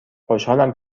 خوشحالم